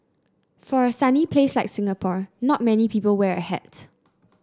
for a sunny place like Singapore not many people wear a hat